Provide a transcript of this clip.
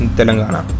Telangana